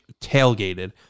tailgated